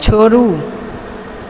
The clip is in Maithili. छोड़ू